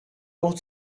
ought